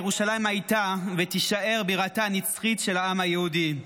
ירושלים הייתה ותישאר בירתה הנצחית של העם היהודי,